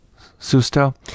susto